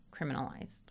criminalized